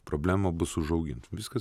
problema bus užaugint viskas